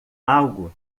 algo